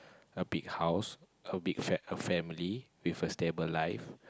a big house a big fa~ family with a stable life